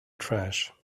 trash